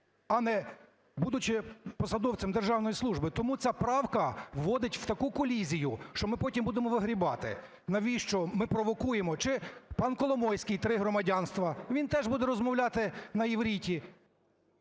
а не… будучи посадовцем державної служби. Тому ця правка вводить в таку колізію, що ми потім будемо вигрібати. Навіщо ми провокуємо? Чи пан Коломойський – три громадянства, - він теж буде розмовляти на івриті.